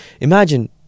Imagine